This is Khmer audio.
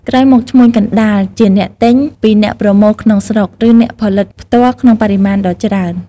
ក្រោយមក ឈ្មួញកណ្តាល ជាអ្នក ទិញ ពីអ្នកប្រមូលក្នុងស្រុក ឬអ្នកផលិតផ្ទាល់ក្នុងបរិមាណដ៏ច្រើន។